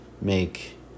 make